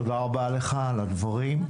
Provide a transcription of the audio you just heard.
תודה רבה לך על הדברים.